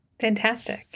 Fantastic